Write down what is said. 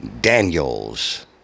Daniels